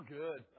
good